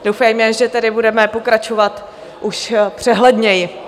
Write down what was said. Doufejme, že tedy budeme pokračovat už přehledněji.